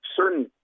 certain